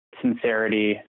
sincerity